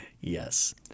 Yes